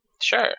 Sure